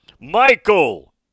Michael